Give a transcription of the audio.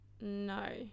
No